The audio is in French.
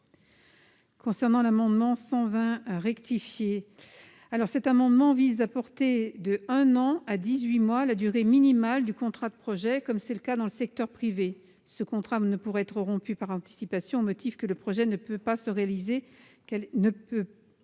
A. L'amendement n° 120 rectifié vise à porter de un an à dix-huit mois la durée minimale du contrat de projet, comme c'est le cas dans le secteur privé. Le contrat ne pourrait donc être rompu par anticipation, au motif que le projet ne peut pas se réaliser,